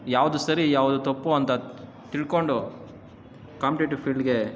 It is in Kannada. ಯಾವುದು ಸರಿ ಯಾವುದು ತಪ್ಪು ಅಂತ ತಿಳ್ಕೊಂಡು ಕಾಂಪಿಟೇಟಿವ್ ಫೀಲ್ಡ್ಗೆ